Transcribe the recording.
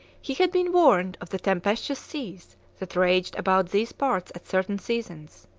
he had been warned of the tempestuous seas that raged about these parts at certain seasons,